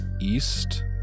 east